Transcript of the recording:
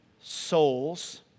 souls